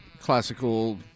classical